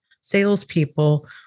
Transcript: salespeople